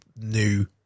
new